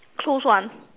closed one